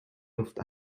luft